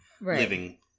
living